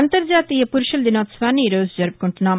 అంతర్జాతీయ పురుషుల దినోత్సవాన్ని ఈరోజు జరుపుకుంటున్నాం